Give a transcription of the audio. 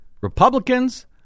Republicans